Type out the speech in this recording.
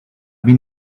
been